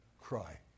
cry